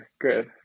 good